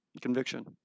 Conviction